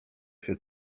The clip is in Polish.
się